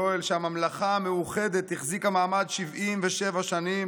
יואל שהממלכה המאוחדת החזיקה מעמד 77 שנים